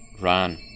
ran